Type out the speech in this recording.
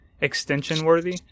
extension-worthy